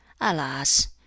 alas